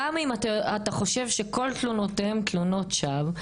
גם אם אתה חושב שכל תלונותיהם תלונות שווא,